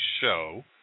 show